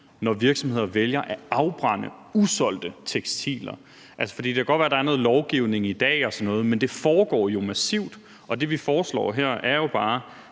når virksomheder vælger at afbrænde usolgte tekstiler. For det kan godt være, at der er noget lovgivning i dag og sådan noget, men det foregår jo massivt, og det, vi foreslår her, er sådan